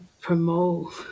promote